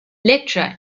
lecturer